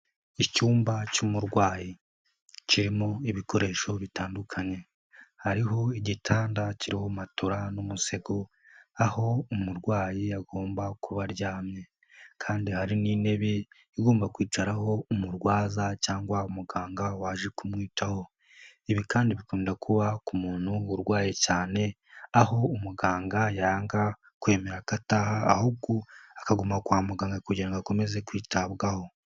Icyumba cy'umurwayi kirimo ibikoresho bitandukanye. Hariho igitanda kiriho matera, umusego. Aho umurwayi agomba kuba aryamye kandi hari n'intebe igomba kwicarwaho n'umurwaza cyangwa umuganga waje kumwitaho. Ibi kandi bikunda kuba ku muntu urwaye cyane, aho umuganga yanga kwemera ko ataha ahubwo akaguma kwa muganga kugira ngo akomeze kwitabwaho.